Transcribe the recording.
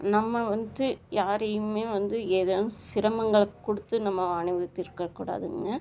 நம்ம வந்து யாரையுமே வந்து ஏதேனும் சிரமங்களை கொடுத்து நம்ம அனுபவித்திருக்க கூடாதுங்க